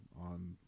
on